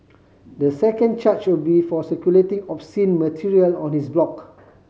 the second charge will be for circulating obscene material on his blog